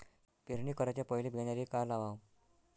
पेरणी कराच्या पयले बियान्याले का लावाव?